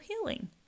healing